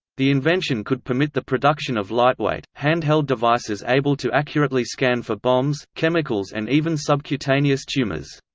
the invention could permit the production of lightweight, handheld devices able to accurately scan for bombs, chemicals and even subcutaneous tumors.